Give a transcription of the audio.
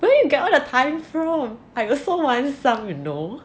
where you get all the time from I also want some you know